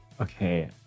Okay